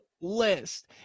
list